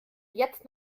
jetzt